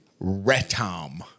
Retom